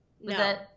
No